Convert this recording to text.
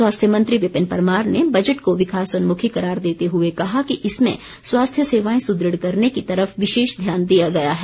स्वास्थ्य मंत्री विपिन परमार ने बजट को विकासोन्मुखी करार देते हुए कहा कि इसमें स्वास्थ्य सेवाएं सुदृढ़ करने की तरफ विशेष ध्यान दिया गया है